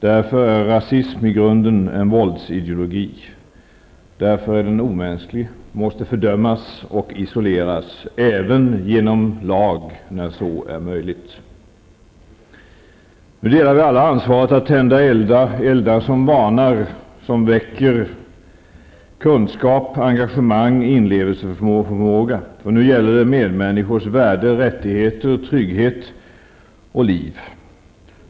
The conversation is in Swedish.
Därför är rasism i grunden en våldsideologi. Därför är den omänsklig, måste fördömas och isoleras -- även genom lag när så är möjligt. Nu delar vi alla ansvaret att tända eldar -- eldar som varnar, eldar som väcker; kunskap, engagemang och inlevelseförmåga. Nu gäller det medmänniskors värde, rättigheter, trygghet -- och liv.